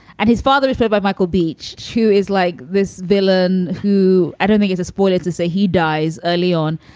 and his father is played by michael beach too, is like this villain who i don't think is a spoiler to say he dies early on.